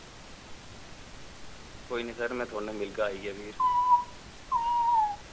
कोई नी सर मैं थोआड़े नै मिलगा आइयै फिर